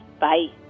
Bye